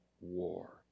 war